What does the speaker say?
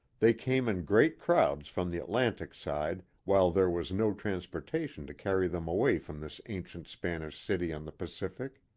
they came in great crowds from the atlantic side while there was no transportation to carry them away from this ancient spanish city on the pacific.